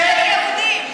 בזכות היהודים.